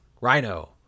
Rhino